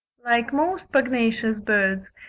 like most pugnacious birds,